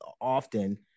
often